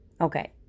Okay